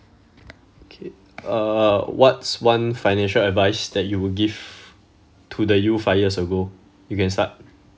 okay uh what's one financial advice that you would give to the youth five years ago you can start